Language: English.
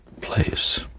place